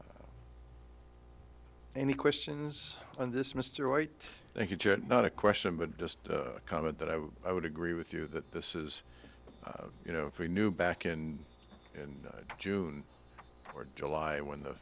response any questions on this mr white thank you not a question but just a comment that i would i would agree with you that this is you know if we knew back in and june or july when the